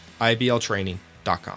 ibltraining.com